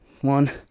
one